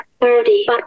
thirty